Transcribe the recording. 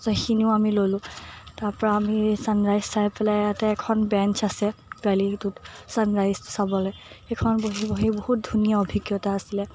সেইখিনিও আমি ল'লো তাৰপৰা আমি চানৰাইজ চাই পেলাই ইয়াতে এখন বেঞ্চ আছে ভেলীটোত চানৰাইজ চাবলৈ সেইখন ত বহি বহি বহুত ধুনীয়া অভিজ্ঞতা আছিলে